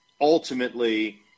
ultimately